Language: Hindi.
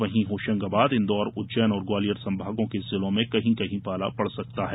वहीं होशंगाबाद इंदौर उज्जैन और ग्वालियर संभागों के जिलों में कहीं कहीं पाला पड सकता है